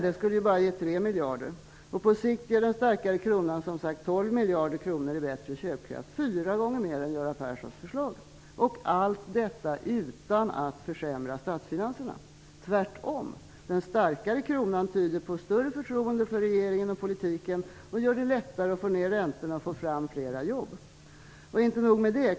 Det skulle bara ge 3 miljarder kronor. På sikt ger den starkare kronan som sagt 12 miljarder kronor i bättre köpkraft, dvs. fyra gånger mer än Göran Perssons förslag. Och allt detta utan att försämra statsfinanserna! Tvärtom tyder den starkare kronan på större förtroende för regeringen och politiken och gör det lättare att få fram fler jobb. Inte nog med det.